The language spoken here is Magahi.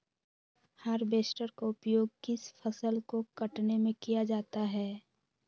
हार्बेस्टर का उपयोग किस फसल को कटने में किया जाता है?